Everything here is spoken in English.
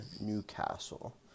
Newcastle